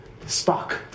Spock